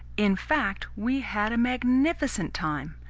in fact, we had a magnificent time.